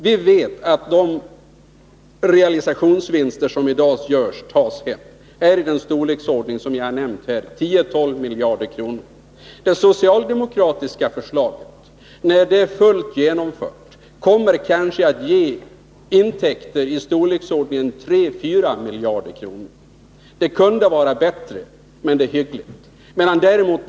Vi vet att de realisationsvinster som i dag tas hem är av den storleksordning som jag här har nämnt: 10-12 miljarder kronor. När det socialdemokratiska förslaget är fullt genomfört kommer det kanske att ge intäkter av storleksordningen 34 miljarder kronor. Det kunde varit bättre, men det är ändå hyggligt.